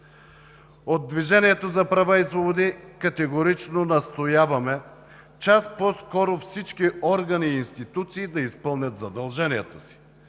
От „Движението за права и свободи“ категорично настояваме час по-скоро всички органи и институции да изпълнят задълженията си,